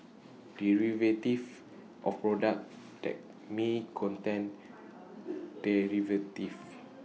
derivatives or products that may contain derivatives